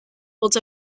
holds